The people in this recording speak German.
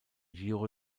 giro